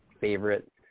favorite